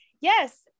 Yes